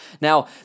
Now